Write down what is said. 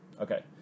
Okay